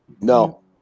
No